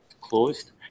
closed